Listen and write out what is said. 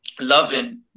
loving